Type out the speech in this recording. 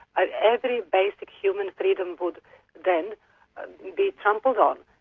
ah every basic human freedom would then be trampled on.